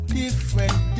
different